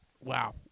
Wow